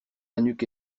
nuque